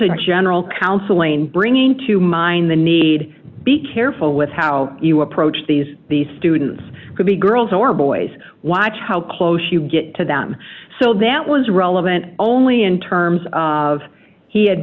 a general counseling bringing to mind the need be careful with how you approach these the students could be girls or boys watch how close you get to them so that was relevant only in terms of he had